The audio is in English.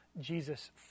Jesus